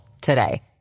today